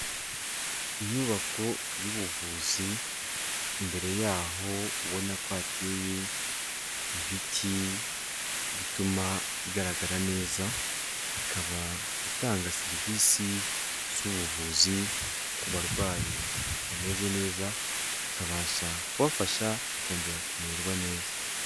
Inyubako y'ubuvuzi, imbere yaho ubona ko hateye ibiti bituma igaragara neza, ikaba itanga serivisi z'ubuvuzi ku barwayi bameze neza, ikabasha kubafasha bakongera kumererwa neza.